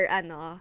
ano